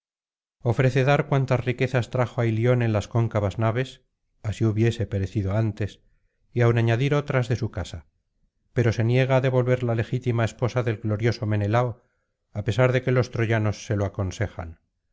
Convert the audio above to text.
ofrece dar cuantas riquezas trajo á ilion en las cóncavas naves así hubiese perecido antes y aun añadir otras de su casa pero se niega á devolver la legítima esposa del glorioso menelao á pesar de que los troyanos se lo aconsejan